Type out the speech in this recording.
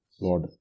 Lord